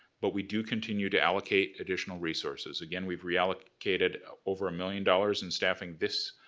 but we do continue to allocate additional resources. again, we've reallocated over a million dollars in staffing this